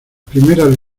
primeras